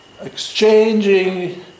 exchanging